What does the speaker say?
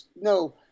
no